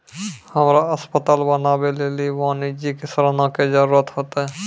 हमरा अस्पताल बनाबै लेली वाणिज्यिक ऋणो के जरूरत होतै